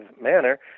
manner